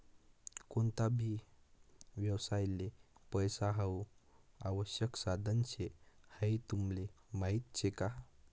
कोणता भी व्यवसायले पैसा हाऊ आवश्यक साधन शे हाई तुमले माहीत शे का?